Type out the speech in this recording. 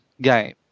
game